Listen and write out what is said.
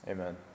Amen